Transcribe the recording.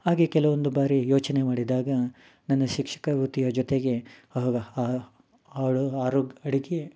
ಹಾಗೆ ಕೆಲವೊಂದು ಬಾರಿ ಯೋಚನೆ ಮಾಡಿದಾಗ ನನ್ನ ಶಿಕ್ಷಕ ವೃತ್ತಿಯ ಜೊತೆಗೆ ಆಗ ಯಾರೋ ಅಡುಗೆ